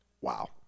Wow